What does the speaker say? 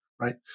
right